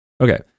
Okay